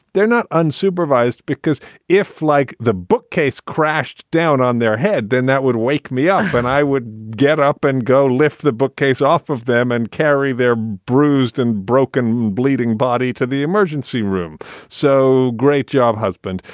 they're not unsupervised because if like the bookcase crashed down on their head, then that would wake me up and i would get up and go lift the bookcase off of them and carry their bruised and broken bleeding body to the emergency room so great job, husband.